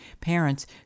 Parents